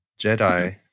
Jedi